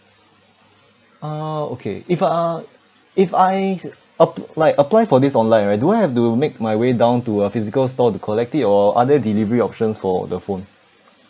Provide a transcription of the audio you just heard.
uh okay if uh if I app~ like apply for this online right do I have to make my way down to a physical store to collect it or are there delivery options for the phone